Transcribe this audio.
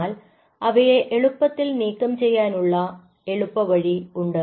എന്നാൽ അവയെ എളുപ്പത്തിൽ നീക്കം ചെയ്യാനുള്ള എളുപ്പവഴി ഉണ്ട്